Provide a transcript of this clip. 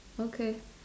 okay